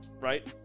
right